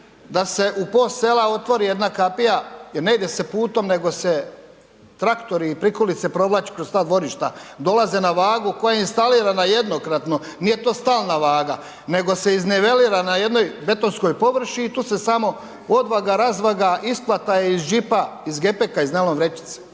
da se u po sela otvori jedna kapija, jer ne ide se putom nego se traktori i prikolice provlači kroz ta dvorišta. Dolaze na vagu koja je instalirana jednokratno, nije to stalna vaga, nego se iznivelira na jednoj betonskoj površini i tu se samo odvaga, razvaga, isplata je iz džipa, iz gepeka iz najlon vrećice.